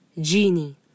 Genie